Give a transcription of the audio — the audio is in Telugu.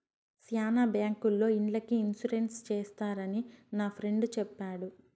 శ్యానా బ్యాంకుల్లో ఇండ్లకి ఇన్సూరెన్స్ చేస్తారని నా ఫ్రెండు చెప్పాడు